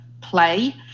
play